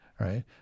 right